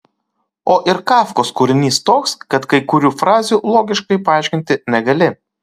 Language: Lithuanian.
o ir kafkos kūrinys toks kad kai kurių frazių logiškai paaiškinti negali